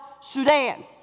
Sudan